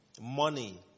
Money